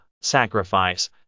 sacrifice